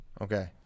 Okay